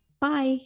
Bye